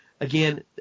Again